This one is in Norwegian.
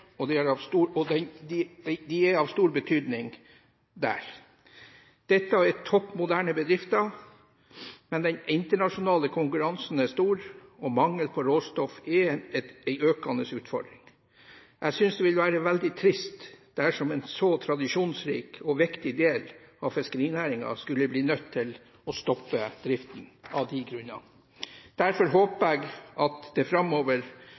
og de er av stor betydning der. Dette er topp moderne bedrifter, men den internasjonale konkurransen er stor, og mangel på råstoff er en økende utfordring. Jeg synes det ville være veldig trist dersom en så tradisjonsrik og viktig del av fiskerinæringen skulle bli nødt til å stoppe driften av de grunnene. Derfor håper jeg at det framover